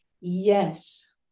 Yes